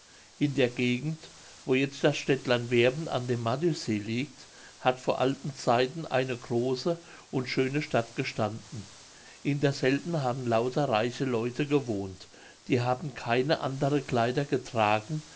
in der gegend wo jetzt das städtlein werben an dem madüesee liegt hat vor alten zeiten eine große und schöne stadt gestanden in derselben haben lauter reiche leute gewohnt die haben keine andere kleider getragen